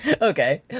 okay